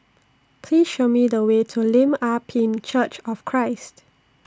Please Show Me The Way to Lim Ah Pin Church of Christ